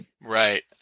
right